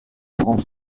prend